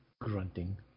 Grunting